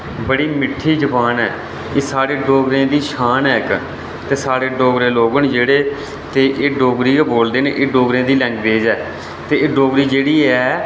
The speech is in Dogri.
बड़ी मिट्ठी जबान ऐ एह् साढ़े डोगरें दी शान ऐ इक ते साढ़े डोगरे लोक न जेह्ड़े ते एह् डोगरी गै बोलदे न एह् डोगरें दी लैंग्वेज ऐ ते एह् डोगरी जेह्ड़ी ऐ